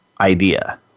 idea